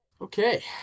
Okay